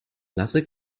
nasse